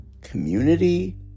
community